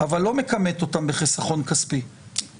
אבל לא מכמת אותם בחיסכון כספי או בהערכה.